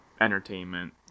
entertainment